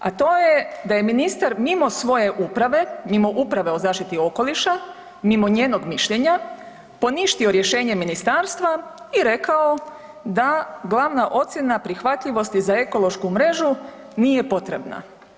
A to je da je ministar mimo svoje uprave, mimo uprave o zaštiti okoliša, mimo njenog mišljenja, poništimo rješenje ministarstva i rekao da glavna ocjena prihvatljivosti za ekološku mrežu nije potrebna.